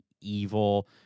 evil